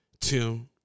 Tim